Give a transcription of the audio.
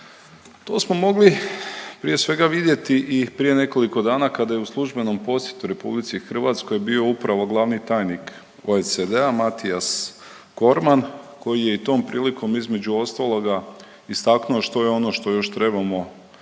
To smo mogli prije svega vidjeti i prije nekoliko dana kada je u službenom posjetu Republici Hrvatskoj bio upravo glavni tajnik OECD-a Matijas Korman koji je i tom prilikom između ostaloga istaknuto što je ono što još trebamo težiti,